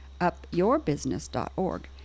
upyourbusiness.org